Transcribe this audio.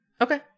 Okay